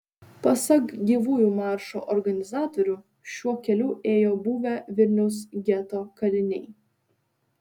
pasak gyvųjų maršo organizatorių šiuo keliu ėjo buvę vilniaus geto kaliniai